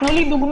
תנו לי דוגמה.